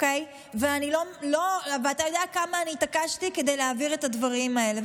אתה יודע כמה אני התעקשתי כדי להעביר את הדברים האלה,